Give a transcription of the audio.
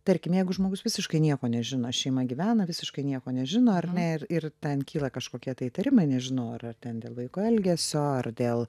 tarkim jeigu žmogus visiškai nieko nežino šeima gyvena visiškai nieko nežino ar ne ir ir ten kyla kažkokie tai įtarimai nežinau ar ar ten dėl vaiko elgesio ar dėl